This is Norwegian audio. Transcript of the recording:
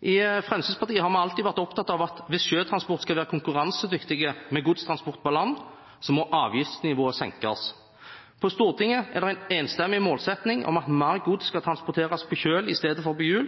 I Fremskrittspartiet har vi alltid vært opptatt av at hvis sjøtransport skal være konkurransedyktig med godstransport på land, må avgiftsnivået senkes. På Stortinget er det en enstemmig målsetting om at mer gods skal transporteres på kjøl i stedet for på hjul,